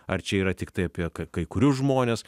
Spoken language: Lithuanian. ar čia yra tiktai apie kai kai kurių žmones